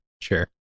sure